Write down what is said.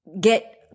get